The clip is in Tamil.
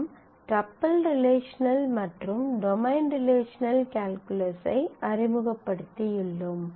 நாம் டப்பிள் ரிலேஷனல் மற்றும் டொமைன் ரிலேஷனல் கால்குலஸை அறிமுகப்படுத்தியுள்ளோம்